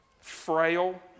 frail